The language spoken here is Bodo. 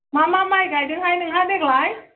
मा मा माइ गायदोंहाय नोंहा देग्लाय